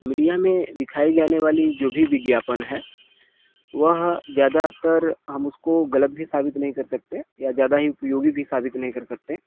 media में दिखाई जाने वाली जो भी विज्ञापन है वह ज्यादातर हम उसको गलत भी साबित नहीं कर सकते या ज्यादा ही उपयोगी भी साबित नहीं कर सकते